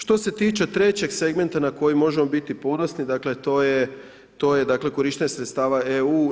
Što se tiče trećeg segmenta na koji možemo biti ponosni dakle to je je dakle korištenje sredstava EU.